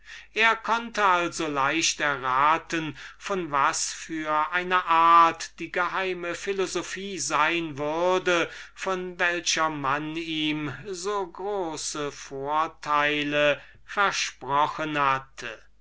er konnte also auch leicht erraten von was für einer art die geheime philosophie sein würde von welcher er ihm so große vorteile versprochen hatte